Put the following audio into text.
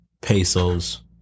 Pesos